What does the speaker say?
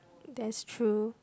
that's true